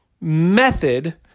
method